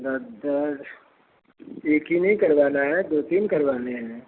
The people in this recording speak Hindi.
दादा एक ही नहीं करवाना है दो तीन करवाने हैं